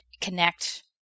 connect